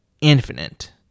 Infinite